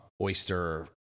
oyster